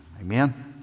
Amen